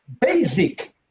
basic